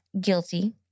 guilty